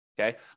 Okay